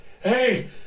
Hey